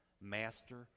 master